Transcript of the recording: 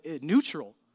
neutral